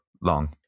long